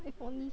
if only